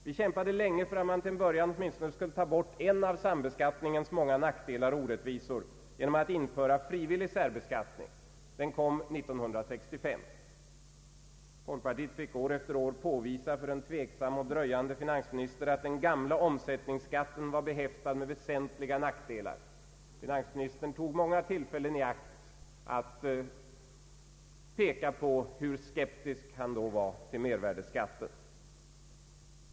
Vi kämpade länge för att man till en början åtminstone skulle ta bort en del av sambeskattningens många nackdelar och orättvisor genom att införa frivillig särbeskattning. Den kom 1965. Folkpartiet fick år efter år påvisa för en tveksam och dröjande finansminister att den gamla omsättningsskatten var behäftad med väsentliga nackdelar. Finansministern tog många tillfällen i akt att peka på hur skeptisk han då var till mervärdeskatten.